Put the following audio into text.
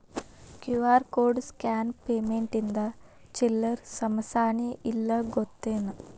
QR code scan payment ಇಂದ ಚಿಲ್ಲರ್ ಸಮಸ್ಯಾನ ಇಲ್ಲ ಗೊತ್ತೇನ್?